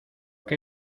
que